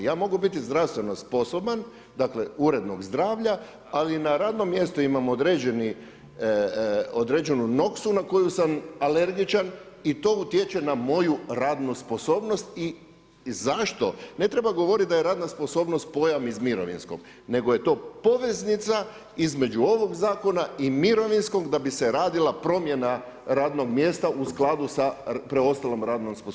Ja mogu biti zdravstveno sposoban dakle urednog zdravlja, ali na radnom mjestu imam određenu noksu na koju sam alergičan i to utječe na moju radnu sposobnost i zašto ne treba govoriti da je radna sposobnost pojam iz mirovinskog nego je to poveznica između ovog zakona i mirovinskog da bi se radila promjena radnog mjesta u skladu sa preostalom radnom sposobnošću.